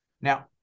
Now